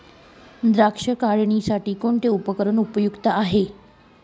द्राक्ष काढणीसाठी कोणते उपकरण उपयुक्त आहे?